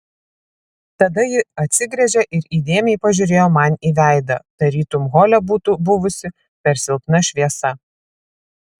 tada ji atsigręžė ir įdėmiai pažiūrėjo man į veidą tarytum hole būtų buvusi per silpna šviesa